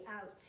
out